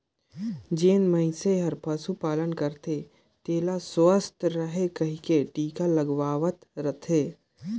जेन मइनसे हर पसु पालन करथे तेला सुवस्थ रहें कहिके टिका लगवावत रथे